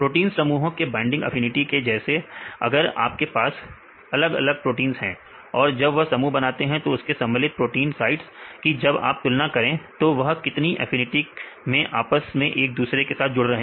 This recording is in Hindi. प्रोटीन समूहों के बाइंडिंग एफिनिटी के जैसे अगर आपके पास अलग अलग प्रोटींस हैं और जब वह समूह बनाते हैं तब उसमें सम्मिलित प्रोटीन साइट्स कि जब आप तुलना करते हैं की वह कितनी अफिनिटी से आपस में एक दूसरे के साथ जुड़ रहे हैं